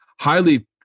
highly